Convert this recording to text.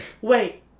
wait